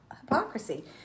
hypocrisy